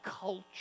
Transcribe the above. culture